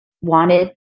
wanted